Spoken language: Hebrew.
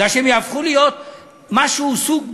מפני שהם יהפכו להיות משהו סוג ג',